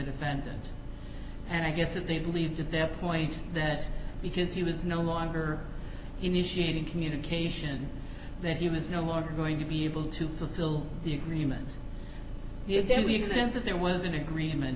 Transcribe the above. defendant and i guess if they believed their point that because he was no longer initiating communication that he was no longer going to be able to fulfill the agreement then we exist that there was an agreement